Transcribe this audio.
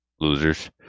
Losers